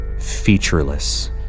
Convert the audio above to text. featureless